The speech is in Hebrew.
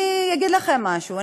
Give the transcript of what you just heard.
אני אגיד לכם משהו.